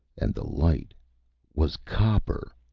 and the light was copper!